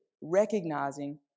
recognizing